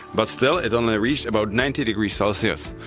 but still, it only reached about ninety degrees celsius.